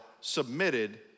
submitted